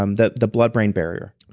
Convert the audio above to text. um the the blood brain barrier.